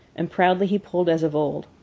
and proudly he pulled as of old,